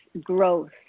growth